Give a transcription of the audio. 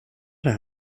det